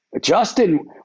Justin